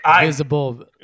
visible